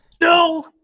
No